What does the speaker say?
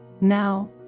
Now